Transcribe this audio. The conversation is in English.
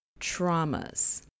Traumas